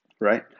right